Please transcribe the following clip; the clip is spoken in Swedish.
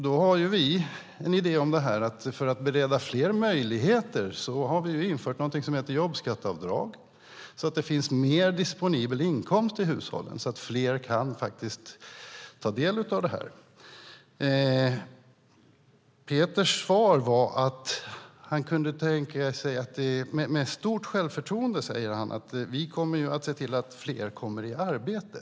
För att bereda fler möjligheter har vi infört någonting som heter jobbskatteavdrag, vilket gör att det finns mer disponibel inkomst i hushållen så att fler kan ta del av det här. Med stort självförtroende säger Peter: Vi kommer att se till att fler kommer i arbete.